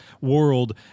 world